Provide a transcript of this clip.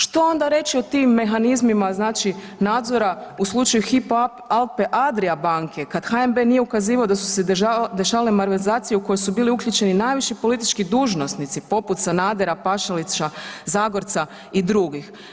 Što onda reći o tim mehanizmima znači nadzora u slučaju Hypo Alpe-Adria banke kad HNB nije ukazivao da su se dešavale malverzacije u koje su bili uključeni najviši politički dužnosnici poput Sanadera, Pašalića, Zagorca i drugih?